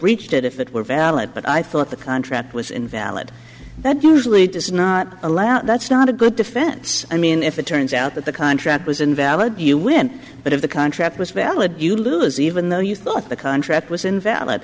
breached it if it were valid but i thought the contract was invalid that usually does not allow that's not a good defense i mean if it turns out that the contract was invalid you win but if the contract was valid you lose even though you thought the contract was invalid